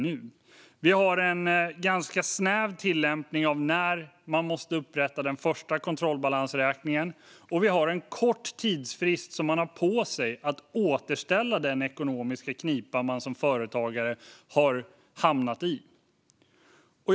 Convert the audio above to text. Det är en ganska snäv tillämpning av när man måste upprätta den första kontrollbalansräkningen, och man har en kort tidsfrist på sig för återställning i den ekonomiska knipa man som företagare har hamnat i. Herr talman!